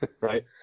right